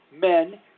men